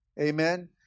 amen